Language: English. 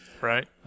Right